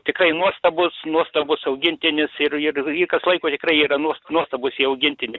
tikrai nuostabus nuostabus augintinis ir ir kas laiko tikrai yra nuostabūs jie augintiniai